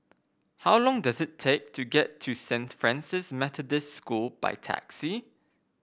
how long does it take to get to Saint Francis Methodist School by taxi